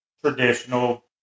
traditional